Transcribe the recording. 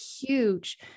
huge